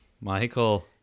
Michael